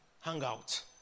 hangout